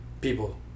people